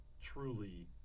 truly